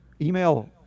Email